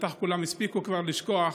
בטח כולם הספיקו כבר לשכוח.